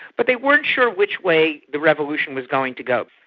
but they weren't sure which way the revolution was going to go.